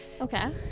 Okay